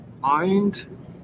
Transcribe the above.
mind